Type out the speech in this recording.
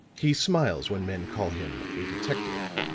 he smiles when men call him a detective.